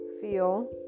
feel